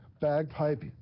bagpipe